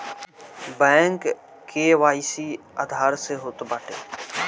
bank KYC Aadhaar से होत बाटे